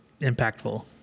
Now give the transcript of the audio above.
impactful